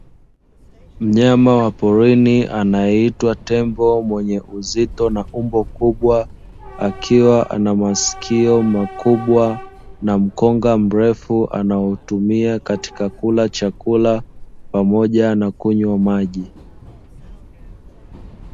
Mnyama wa porini anayeitwa tembo mwenye uzito na umbo kubwa, akiwa ana masikio makubwa na mkonga mrefu anaotumia katika kula chakula pamoja na kunywa maji.